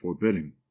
forbidding